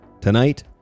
tonight